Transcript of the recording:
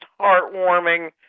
heartwarming